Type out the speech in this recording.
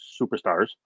superstars